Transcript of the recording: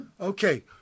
okay